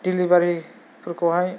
डेलिबारिफोरखौहाय